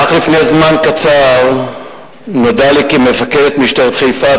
אך לפני זמן קצר נודע לי כי מפקדת משטרת חיפה,